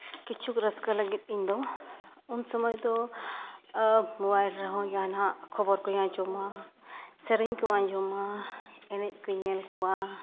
ᱠᱤᱪᱷᱩᱠ ᱨᱟᱹᱥᱠᱟᱹ ᱞᱟᱹᱜᱤᱫ ᱤᱧ ᱫᱚ ᱩᱱ ᱥᱚᱢᱚᱭ ᱫᱚ ᱢᱳᱵᱟᱭᱤᱞ ᱨᱮᱦᱚᱸ ᱡᱟᱦᱟᱱᱟᱜ ᱠᱷᱚᱵᱚᱨ ᱠᱩᱧ ᱟᱸᱡᱚᱢᱟ ᱥᱮᱨᱮᱧ ᱠᱩᱧ ᱟᱸᱡᱚᱢᱟ ᱮᱱᱮᱡᱽᱠᱩᱧ ᱧᱮᱞ ᱠᱚᱣᱟ